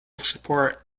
support